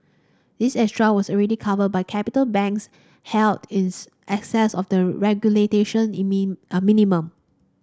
this extra was already covered by capital banks held excess of the regulation minimum